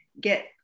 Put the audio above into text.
get